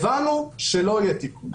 הבנו שלא יהיה תיקון,